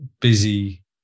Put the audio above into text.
busy